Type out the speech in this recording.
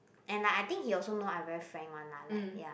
and like I think he also know I very frank one lah like ya